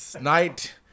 night